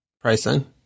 pricing